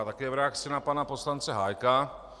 Také v reakci na pana poslance Hájka.